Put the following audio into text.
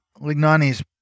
Lignani's